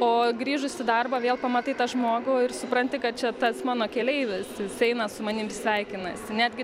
o grįžus į darbą vėl pamatai tą žmogų ir supranti kad čia tas mano keleivis eina su manim sveikinasi netgi